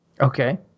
Okay